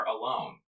alone